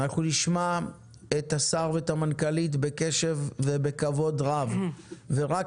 אנחנו נשמע את השר והמנכ"לית בקשב ובכבוד רב ורק